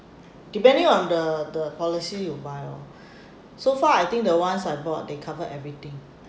depending on the the policy you buy oh so far I think the ones I bought they cover everything